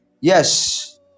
Yes